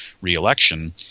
re-election